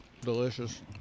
delicious